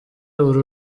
uru